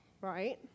right